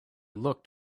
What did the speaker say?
looked